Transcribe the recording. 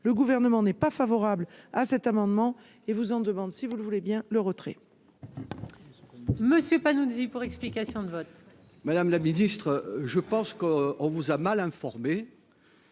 le gouvernement n'est pas favorable à cet amendement et vous en demande, si vous le voulez bien le retrait. De ce nous. Monsieur Panunzi pour explication de vote. Madame la ministre, je pense qu'on vous a mal informé.